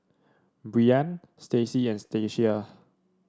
Breann Stacie and Stacia